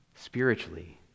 spiritually